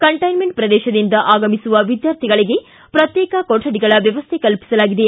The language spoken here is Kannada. ಕಂಟೈಮೆಂಟ್ ಪ್ರದೇಶದಿಂದ ಆಗಮಿಸುವ ವಿದ್ಯಾರ್ಥಿಗಳಿಗೆ ಪ್ರತ್ಯೇಕ ಕೋಠಡಿಗಳ ವ್ಯವಸ್ಥೆ ಕಲ್ಲಿಸಲಾಗಿದೆ